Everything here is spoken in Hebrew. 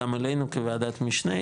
גם אלינו כוועדת משנה,